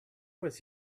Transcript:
was